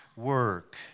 work